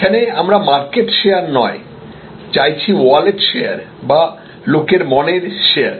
এখানে আমরা market share নয় চাইছি ওয়ালেট শেয়ার বা লোকের মনের শেয়ার